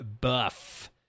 buff